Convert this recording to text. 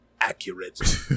accurate